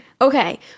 Okay